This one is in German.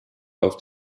auf